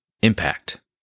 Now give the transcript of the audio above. impact